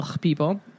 people